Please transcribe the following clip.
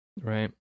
right